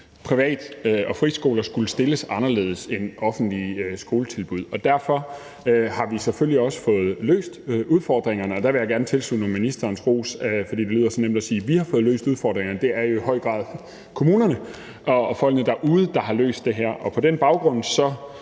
privat- og friskoler skulle stilles anderledes end offentlige skoletilbud. Derfor har vi selvfølgelig også fået løst udfordringerne, og der vil jeg gerne tilslutte mig ministerens ros. Det lyder så nemt at sige, at vi har fået løst udfordringerne, men det er jo i høj grad kommunerne og folkene derude, der har løst det her. På den baggrund